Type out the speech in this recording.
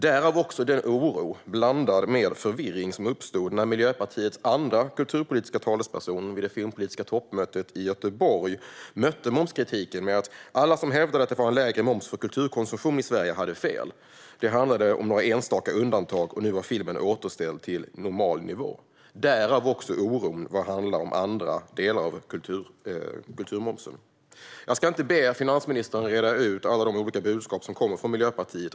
Det uppstod en oro blandad med förvirring när Miljöpartiets andra kulturpolitiska talesperson vid det filmpolitiska toppmötet i Göteborg mötte momskritiken med att alla som hävdade att det var en lägre moms för kulturkonsumtion i Sverige hade fel. Det handlade om några enstaka undantag, och nu var filmen återställd till normal nivå. Av den anledningen uppstod en oro som handlar om andra delar av kulturmomsen. Jag ska inte be finansministern reda ut alla de olika budskap som kommer från Miljöpartiet.